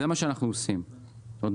זה מה שאנחנו עושים בערים,